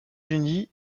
unis